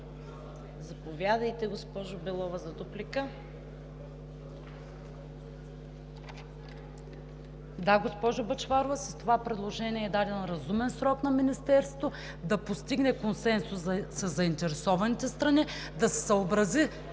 Заповядайте, госпожо Белова, за дуплика. МАРИЯ БЕЛОВА (ГЕРБ): Да, госпожо Бъчварова, с това предложение е даден разумен срок на Министерството да постигне консенсус със заинтересованите страни, да се съобрази